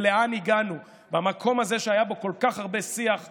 ולאן הגענו במקום הזה שהיה בו כל כך הרבה שיח עקרוני,